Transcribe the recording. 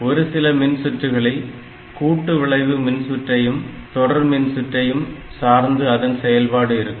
ஒரு சில மின்சுற்றுகளில் கூட்டு விளைவு மின்சுற்ரையும் தொடர் மின்சுற்ரையும் சார்ந்து அதன் செயல்பாடு இருக்கும்